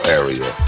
area